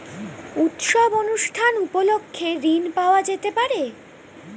উৎসব অনুষ্ঠান উপলক্ষে ঋণ পাওয়া যেতে পারে?